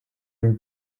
une